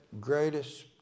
greatest